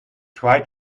try